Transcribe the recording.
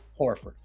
Horford